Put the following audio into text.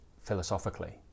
philosophically